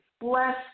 Bless